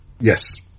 Yes